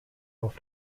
auf